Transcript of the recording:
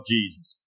Jesus